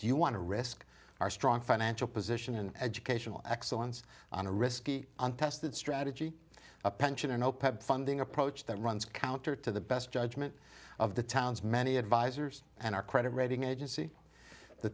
do you want to risk our strong financial position and educational excellence on a risky untested strategy a pensioner no pep funding approach that runs counter to the best judgment of the town's many advisors and our credit rating agency the